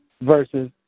versus